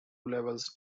levels